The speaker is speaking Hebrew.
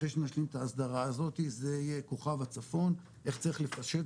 שאחרי שנשלים את ההסדרה הזאת זה יהיה כוכב הצפון איך צריך לפשט